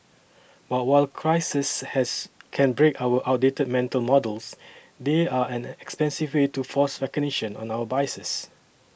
but while crises has can break our outdated mental models they are an expensive way to force recognition of our biases